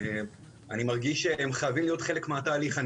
אני מרגיש שהם חייבים להיות חלק מן התהליך.